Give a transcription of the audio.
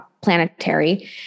planetary